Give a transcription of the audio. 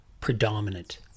predominant